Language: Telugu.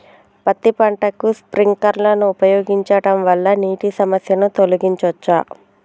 పత్తి పంటకు స్ప్రింక్లర్లు ఉపయోగించడం వల్ల నీటి సమస్యను తొలగించవచ్చా?